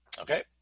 Okay